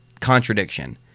contradiction